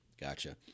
gotcha